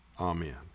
Amen